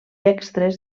extres